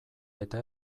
eta